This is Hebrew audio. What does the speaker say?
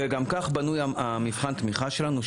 וגם כך בנוי מבחן התמיכה שלנו,